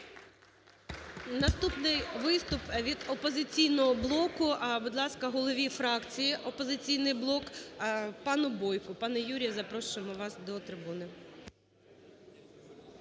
Наступний виступ від "Опозиційного блоку", будь ласка, голові фракції "Опозицій блок" пану Бойку. Пане Юрій, запрошуємо вас до трибуни.